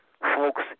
Folks